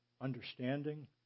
understanding